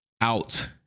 out